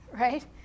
right